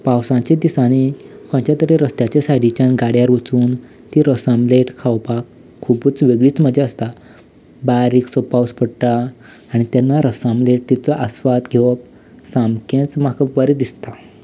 पावसांचे दिसांनी खंयच्या तरी रस्त्याच्या सायडीच्यान गाड्यार वचून ती रस आमलेट खावपाक खुबूच वेगळीच मजा आसता बारीकसो पावस पडटा आनी तेन्ना रस आमलेटीचो आस्वाद घेवप सामकेंच म्हाका बरें दिसता